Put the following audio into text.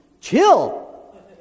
chill